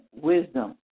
wisdom